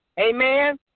Amen